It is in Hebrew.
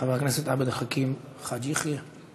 חבר הכנסת עבד אל חכים חאג' יחיא.